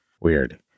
weird